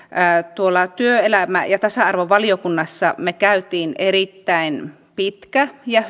työelämä ja tasa arvovaliokunnassa me kävimme erittäin pitkän ja